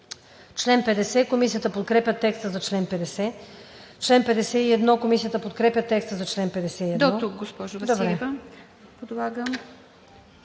чл. 50. Комисията подкрепя текста за чл. 51.